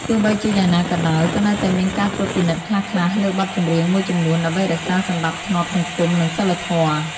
ទោះបីជាយ៉ាងណាក៏ដោយ ក៏នៅតែមានការត្រួតពិនិត្យខ្លះៗលើបទចម្រៀងមួយចំនួន ដើម្បីរក្សាសណ្ដាប់ធ្នាប់សង្គម និងសីលធម៌។